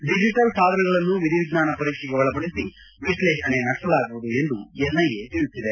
digital ಸಾಧನಗಳನ್ನು ವಿಧಿವಿಜ್ಞಾನ ಪರೀಕ್ಷೆಗೆ ಒಳಪಡಿಸಿ ವಿಶ್ಲೇಷಣೆ ನಡೆಸಲಾಗುವುದು ಎಂದು ಎನ್ಐಎ ತಿಳಿಸಿದೆ